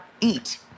eat